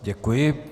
Děkuji.